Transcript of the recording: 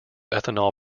ethanol